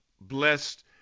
blessed